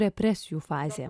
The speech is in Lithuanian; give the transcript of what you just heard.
represijų fazė